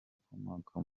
ukomoka